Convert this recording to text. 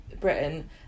Britain